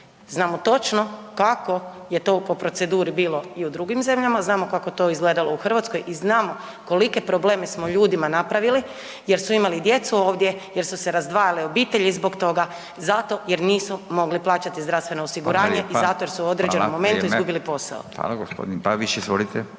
Znamo točno kako je to po proceduri bilo i u drugim zemljama, znamo kako je to izgledalo u Hrvatskoj i znamo kolike probleme smo ljudima napravili jer su imali djecu ovdje, jer su se razdvajale obitelji zbog toga zato jer nisu mogli plaćati zdravstveno osiguranje i …/Upadica: Hvala lijepa./… zato jer su u određenom momentu izgubili